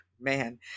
man